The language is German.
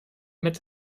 mit